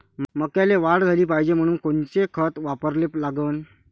मक्याले वाढ झाली पाहिजे म्हनून कोनचे खतं वापराले लागन?